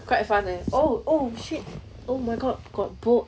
quite fun eh oh oh shit oh my god got bog